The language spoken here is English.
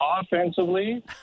offensively